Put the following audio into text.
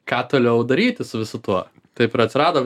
ką toliau daryti su visu tuo taip ir atsirado